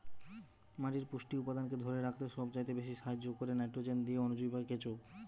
মাটির পুষ্টি উপাদানকে ধোরে রাখতে সবচাইতে বেশী সাহায্য কোরে নাইট্রোজেন দিয়ে অণুজীব আর কেঁচো